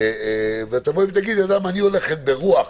תבואי ותגידי: אני הולכת ברוח